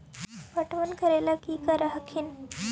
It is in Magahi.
पटबन करे ला की कर हखिन?